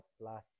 plus